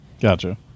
gotcha